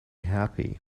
happy